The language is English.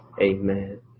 Amen